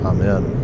Amen